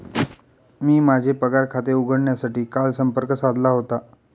मी माझे पगार खाते उघडण्यासाठी काल संपर्क साधला होता